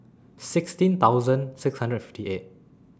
sixteen thousand six hundred and fifty eight